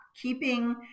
Keeping